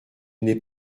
n’est